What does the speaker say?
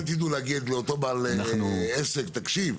אתם תדעו להגיד לאותו בעל עסק "תקשיב,